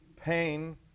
pain